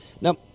Now